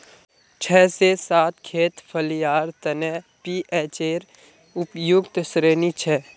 छह से सात खेत फलियार तने पीएचेर उपयुक्त श्रेणी छे